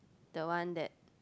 the one that